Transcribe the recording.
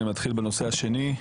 אני מתחיל בנושא השני.